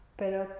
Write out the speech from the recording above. pero